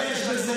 לאברכים.